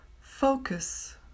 Focus